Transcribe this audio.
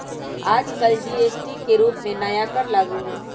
आजकल जी.एस.टी के रूप में नया कर लागू हई